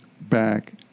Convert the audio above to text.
back